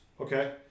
Okay